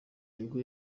nibwo